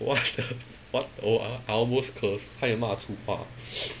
what the what the I almost curse 差一点骂粗话